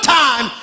time